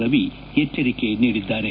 ರವಿ ಎಚ್ಚರಿಕೆ ನೀಡಿದ್ದಾರೆ